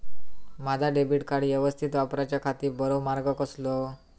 माजा debit card यवस्तीत वापराच्याखाती बरो मार्ग कसलो?